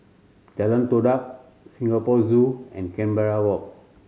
Jalan Todak Singapore Zoo and Canberra Walk